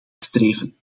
streven